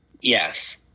Yes